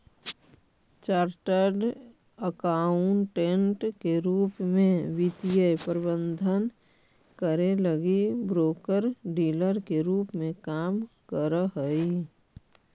chartered accountant के रूप में वे वित्तीय प्रबंधन करे लगी ब्रोकर डीलर के रूप में काम करऽ हई